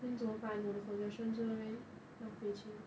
then 怎么办我的 concession 就在那边浪费钱